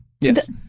Yes